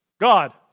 God